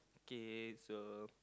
K so